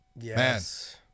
Yes